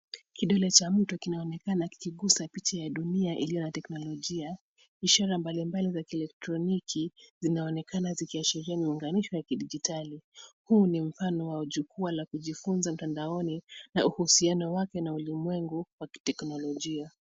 Kidole cha mtu kinaonekana kikugusa picha ya dunia iliyo ya teknolojia. Ishara mbalimbali za kielektroniki zinaonekana zikiashiria muunganisho wa kidijitali. Huu ni mfano wa jukwaa la kujifunza mtandaoni na uhusiano wake na ulimwengu wa kiteknolojia.